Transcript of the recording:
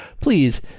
please